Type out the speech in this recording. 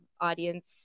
audience